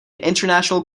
international